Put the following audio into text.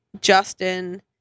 Justin